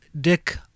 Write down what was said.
Dick